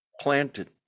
planted